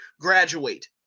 graduate